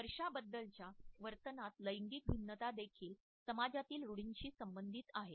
स्पर्शाबद्दलच्या वर्तनात लैंगिक भिन्नता देखील समाजातील रूढींशी संबंधित आहे